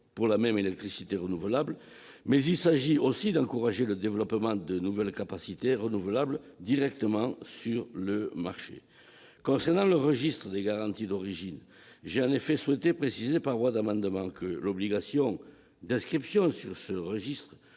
pour la même électricité renouvelable. Il s'agit aussi d'encourager le développement de nouvelles capacités renouvelables directement sur le marché. Concernant le registre des garanties d'origine, j'ai en effet souhaité préciser par voie d'amendement que l'obligation d'inscription sur ce registre